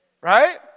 Right